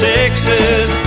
Texas